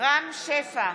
רם שפע,